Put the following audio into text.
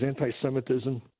anti-Semitism